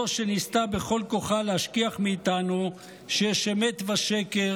זו שניסתה בכל כוחה להשכיח מאיתנו שיש אמת ושקר,